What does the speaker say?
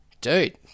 dude